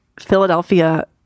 Philadelphia